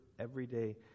everyday